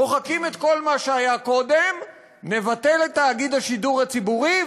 מוחקים את כל מה שהיה קודם נבטל את תאגיד השידור הציבורי,